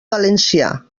valencià